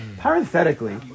Parenthetically